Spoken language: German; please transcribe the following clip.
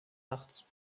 nachts